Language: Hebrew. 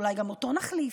אולי גם אותו נחליף?